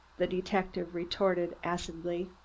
the detective retorted acidly.